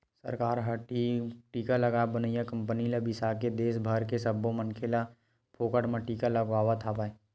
सरकार ह टीका ल बनइया कंपनी ले बिसाके के देस भर के सब्बो मनखे ल फोकट म टीका लगवावत हवय